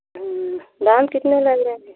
दाम कितने लग जाएंगे